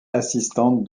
assistante